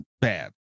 bad